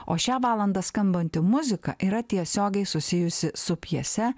o šią valandą skambanti muzika yra tiesiogiai susijusi su pjese